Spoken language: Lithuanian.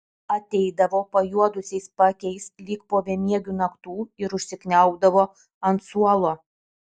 ateidavo pajuodusiais paakiais lyg po bemiegių naktų ir užsikniaubdavo ant suolo